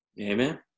Amen